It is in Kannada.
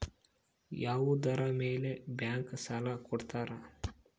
ಯಾವುದರ ಮೇಲೆ ಬ್ಯಾಂಕ್ ಸಾಲ ಕೊಡ್ತಾರ?